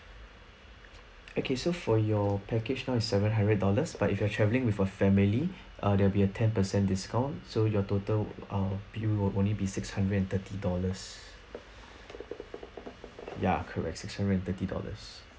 okay so for your package now is seven hundred dollars but if you are traveling with a family err there'll be a ten percent discount so your total um bill would only be six hundred and thirty dollars ya correct six hundred and thirty dollars